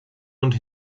und